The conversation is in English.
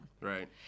Right